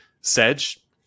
Sedge